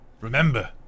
Remember